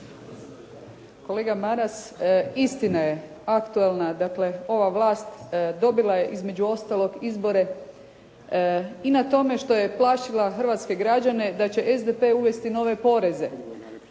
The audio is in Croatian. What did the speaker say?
Kolega Maras, istina je aktuelna, dakle ova vlast dobila je između ostalog izbore i na tome što je plašila hrvatske građane da će SDP uvesti nove poreze,